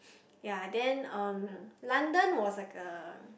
ya then um London was like a